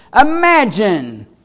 Imagine